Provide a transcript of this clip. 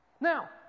Now